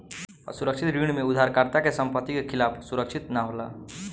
असुरक्षित ऋण में उधारकर्ता के संपत्ति के खिलाफ सुरक्षित ना होला